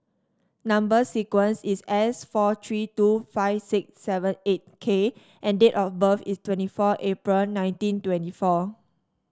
number sequence is S four three two five six seven eight K and date of birth is twenty four April nineteen twenty four